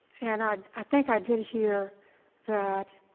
and i i think i did hear that,